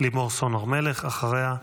לימור סון הר מלך, ואחריה,